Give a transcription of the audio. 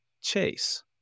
chase